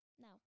No